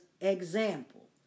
example